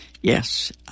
yes